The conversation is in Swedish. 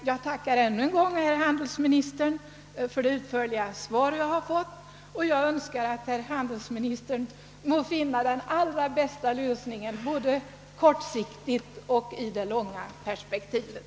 Jag tackar emellertid herr handelsministern ännu en gång för det utförliga svar jag har fått, och jag önskar att herr handelsministern måtte finna den allra bästa lösningen av frågan, både kortsiktigt och sett i det långa perspektivet.